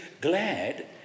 glad